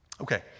Okay